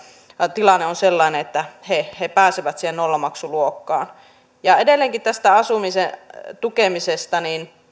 tilanne on sellainen että he he pääsevät siihen nollamaksuluokkaan edelleenkin tästä asumisen tukemisesta